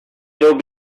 still